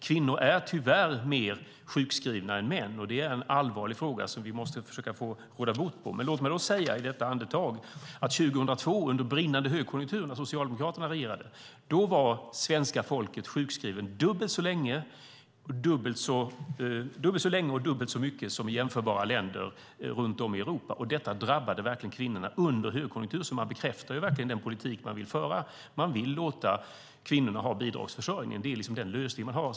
Kvinnor är tyvärr mer sjukskrivna än män. Det är en allvarlig fråga som vi måste försöka råda bot på. Men låt mig i samma andetag säga: Under 2002, i brinnande högkonjunktur, när Socialdemokraterna regerade, var svenska folket sjukskrivet dubbelt så länge och dubbelt så mycket som i jämförbara länder runt om i Europa, och detta drabbade verkligen kvinnorna under högkonjunktur, så man bekräftar verkligen den politik som man vill föra. Man vill låta kvinnorna ha bidragsförsörjning. Det är liksom den lösning man har.